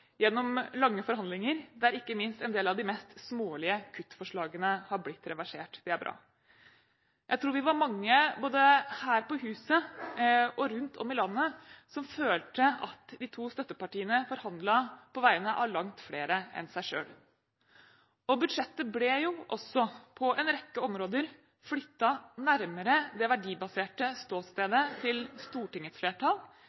gjennom lange forhandlinger, der ikke minst en del av de mest smålige kuttforslagene har blitt reversert. Det er bra. Jeg tror vi var mange både her på huset og rundt om i landet som følte at de to støttepartiene forhandlet på vegne av langt flere enn seg selv, og budsjettet ble også på en rekke områder flyttet nærmere det verdibaserte